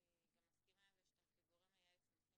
אני גם מסכימה עם זה שאתם גורם מייעץ ונותנים